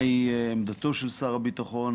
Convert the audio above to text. מהי עמדתו של שר הביטחון?